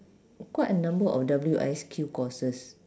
quite a number of W_S_Q courses